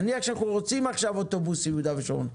נניח שאנחנו רוצים עכשיו אוטובוסים ביהודה ושומרון,